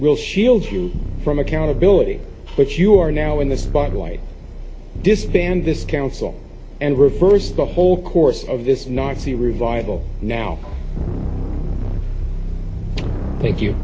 will shield you from accountability but you are now in the spotlight disband this council and reverse the whole course of this nazi revival now thank you